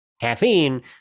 caffeine